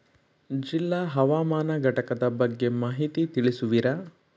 ಜಿಲ್ಲಾ ಹವಾಮಾನ ಘಟಕದ ಬಗ್ಗೆ ಮಾಹಿತಿ ತಿಳಿಸುವಿರಾ?